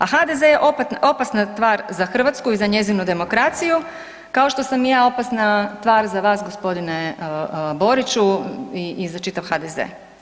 A HDZ je opasna tvar za Hrvatsku i za njezinu demokraciju, kao što sam i ja opasna tvar za vas gospodine Boriću i za čitav HDZ.